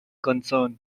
concern